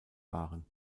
waren